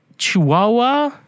Chihuahua